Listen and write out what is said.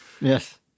Yes